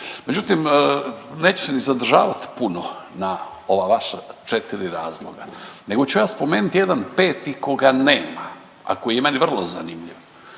Međutim, neću se ni zadržavati puno na ova vaša četiri razloga nego ću ja spomenuti jedan peti koga nema, a koji je meni vrlo zanimljiv.